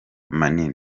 manini